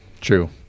True